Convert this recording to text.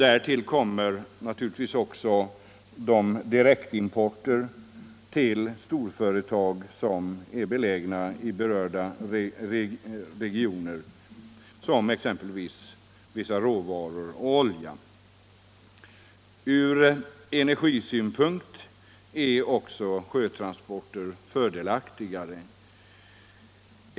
Därtill kommer också direktimporter av exempelvis råvaror och olja till storföretag i berörda regioner. Från energibesparingssynpunkt är också sjötransporter fördelaktigare.